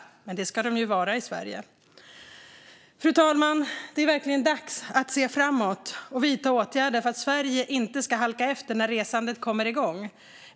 Men i Sverige ska det vara det. Fru talman! Det är verkligen dags att se framåt och vidta åtgärder för att Sverige inte ska halka efter när resandet kommer igång.